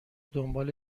دنبال